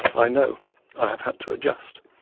i know i have had to adjust,